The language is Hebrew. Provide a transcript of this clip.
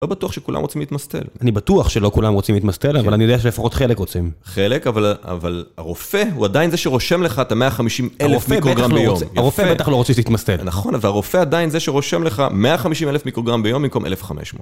לא בטוח שכולם רוצים להתמסטל. אני בטוח שלא כולם רוצים להתמסטל, אבל אני יודע שלפחות חלק רוצים. חלק, אבל הרופא הוא עדיין זה שרושם לך את ה-150 אלף מיקרוגרם ביום. הרופא בטח לא רוצה שתתמסטל. נכון, והרופא עדיין זה שרושם לך 150 אלף מיקרוגרם ביום במקום 1,500.